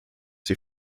die